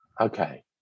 Okay